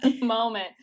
moment